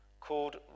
called